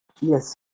Yes